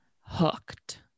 Hooked